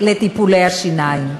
לטיפולי השיניים.